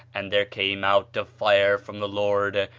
and there came out a fire from the lord,